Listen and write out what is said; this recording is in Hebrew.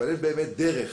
אין באמת דרך